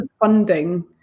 funding